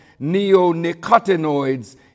neonicotinoids